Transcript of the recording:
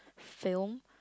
film